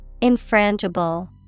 Infrangible